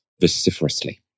vociferously